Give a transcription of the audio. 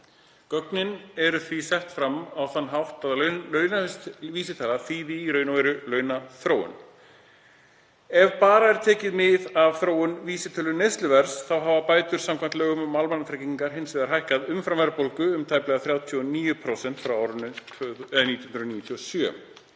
Gögnin eru því sett fram á þann hátt að launavísitala þýði í raun og veru launaþróun. Ef bara er tekið mið af þróun vísitölu neysluverðs þá hafa bætur samkvæmt lögum um almannatryggingar hins vegar hækkað umfram verðbólgu um tæplega 39% frá árinu 1997.